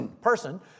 person